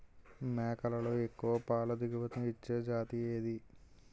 మేకలలో ఎక్కువ పాల దిగుమతి ఇచ్చే జతి ఏది?